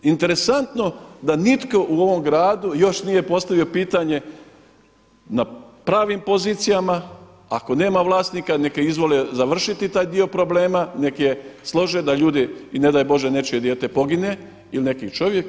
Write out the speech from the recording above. Interesantno da nitko u ovom gradu još nije postavio pitanje na pravim pozicijama ako nema vlasnika neka izvole završiti taj dio problema, nek' je slože da ljudi i ne daj Bože nečije dijete pogine ili neki čovjek.